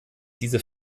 diese